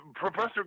Professor